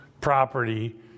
property